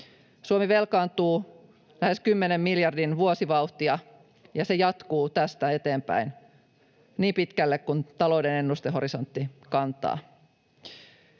Suomi velkaantuu lähes 10 miljardin vuosivauhtia, ja se jatkuu tästä eteenpäin niin pitkälle kuin talouden ennustehorisontti kantaa.